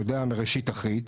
אני יודע מראשית אחרית,